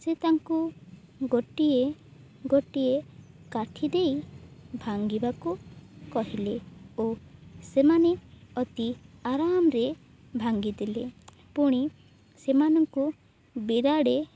ସେ ତାଙ୍କୁ ଗୋଟିଏ ଗୋଟିଏ କାଠି ଦେଇ ଭାଙ୍ଗିବାକୁ କହିଲେ ଓ ସେମାନେ ଅତି ଆରାମରେ ଭାଙ୍ଗି ଦେଲେ ପୁଣି ସେମାନଙ୍କୁ ବିଡ଼ାଏ